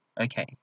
Okay